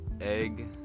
Egg